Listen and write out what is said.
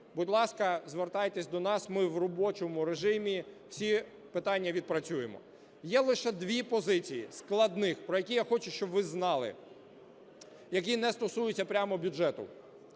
будь ласка, звертайтесь до нас, ми в робочому режимі всі питання відпрацюємо. Є лише дві позиції складних, про які я хочу щоб ви знали, які не стосуються прямо бюджету,